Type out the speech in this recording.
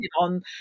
on